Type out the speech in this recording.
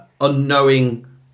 unknowing